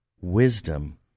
wisdom